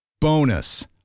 Bonus